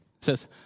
says